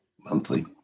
monthly